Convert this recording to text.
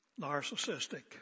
narcissistic